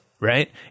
Right